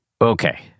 Okay